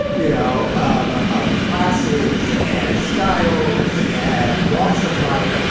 you know, um of classes and styles and walks of life.